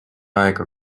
aega